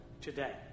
today